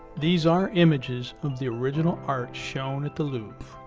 these are images of the original art shown at the louvre.